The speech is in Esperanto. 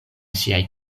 siaj